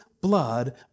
blood